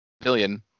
Billion